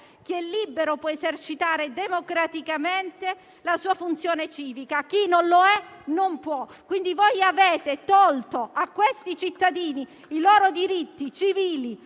Chi è libero può esercitare democraticamente la sua funzione civica, mentre chi non lo è non può. Quindi, voi avete tolto a quei cittadini i loro diritti civili,